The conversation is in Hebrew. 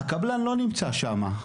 הקבלנים לא נמצאים שם,